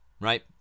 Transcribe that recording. right